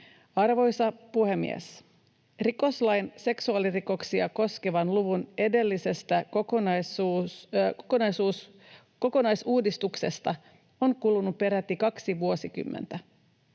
Arvoisa puhemies! Rikoslain seksuaalirikoksia koskevan luvun edellisestä kokonaisuudistuksesta on kulunut peräti kaksi vuosikymmentä.